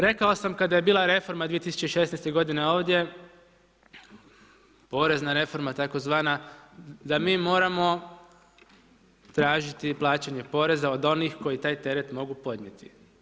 Rekao sam kada je bila reforma 2016. ovdje, porezna reforma tzv. da mi moramo tražiti plaćanje poreza od onih koji taj teret mogu podnijeti.